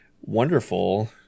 wonderful